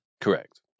Correct